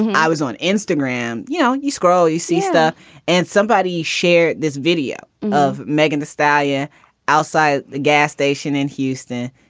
i was on instagram. you know, you scroll, you see stuff and somebody share this video of megan, the stallion outside the gas station in houston,